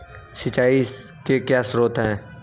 सिंचाई के क्या स्रोत हैं?